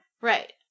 Right